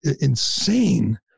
insane